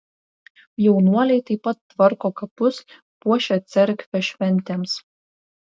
jaunuoliai taip pat tvarko kapus puošia cerkvę šventėms